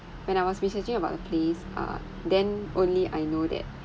when I was researching about the place uh then only I know that